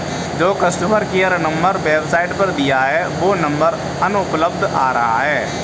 जो customer care number website पर दिया है वो नंबर अनुपलब्ध आ रहा है